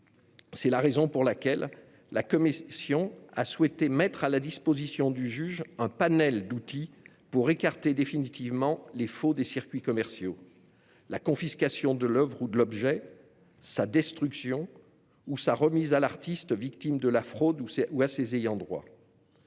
question. La commission a donc souhaité mettre à la disposition du juge un panel d'outils pour écarter définitivement les faux des circuits commerciaux : la confiscation de l'oeuvre ou de l'objet, sa destruction ou sa remise à l'artiste victime de la fraude ou à ses ayants droit.